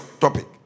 topic